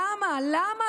למה?